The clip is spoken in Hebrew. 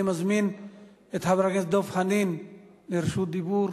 אני מזמין את חבר הכנסת דב חנין לרשות דיבור.